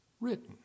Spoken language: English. written